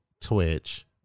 Twitch